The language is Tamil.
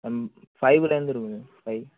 ம் ஃபைவுலேருந்து இருக்கும் சார் ஃபைவ்